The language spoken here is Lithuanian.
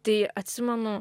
tai atsimenu